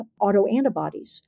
autoantibodies